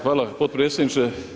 Hvala potpredsjedniče.